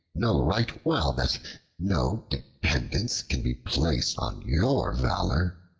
know right well that no dependence can be placed on your valor.